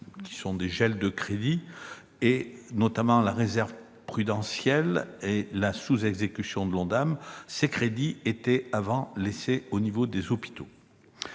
d'euros de gels de crédits, notamment la réserve prudentielle et la sous-exécution de l'ONDAM. Ces crédits étaient auparavant laissés aux hôpitaux.